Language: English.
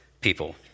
People